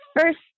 first